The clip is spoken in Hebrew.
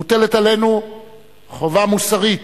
מוטלת עלינו חובה מוסרית